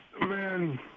man